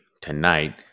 tonight